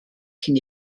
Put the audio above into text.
cyn